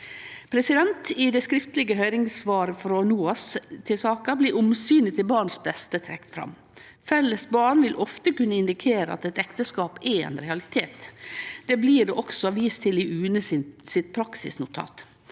lovverk. I det skriftlege høyringssvaret frå NOAS til saka blir omsynet til barns beste trekt fram. Felles barn vil ofte kunne indikere at eit ekteskap er ein realitet. Dette blir det også vist til i UNE sitt praksisnotat.